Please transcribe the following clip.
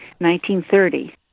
1930